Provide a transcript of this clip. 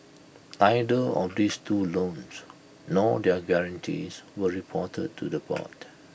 neither of this two loans nor their guarantees were reported to the board